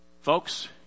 Folks